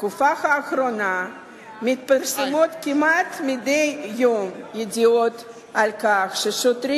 בתקופה האחרונה מתפרסמות כמעט מדי יום ידיעות על כך שחוקרים